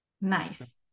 Nice